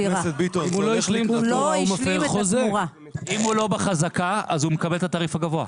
אם הוא לא בחזקה אז הוא מקבל את התעריף הגבוה.